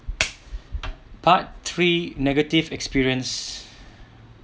part three negative experience